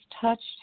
touched